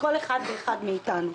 לכל אחד ואחד מאתנו.